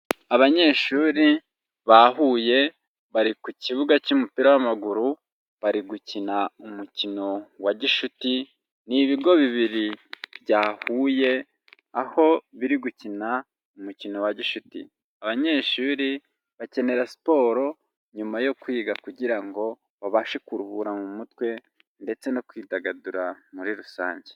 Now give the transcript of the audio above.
Abanyeshuri bahuye bari ku kibuga cy'umupira w'amaguru bari gukina umukino wa gishuti, ni ibigo bibiri byahuye aho biri gukina umukino wa gishuti, abanyeshuri bakenera siporo nyuma yo kwiga kugira ngo babashe kuruhura mu mutwe ndetse no kwidagadura muri rusange.